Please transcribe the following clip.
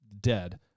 dead